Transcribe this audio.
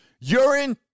urine